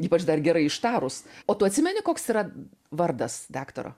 ypač dar gerai ištarus o tu atsimeni koks yra vardas daktaro